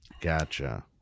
Gotcha